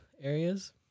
areas